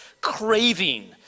craving